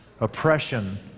oppression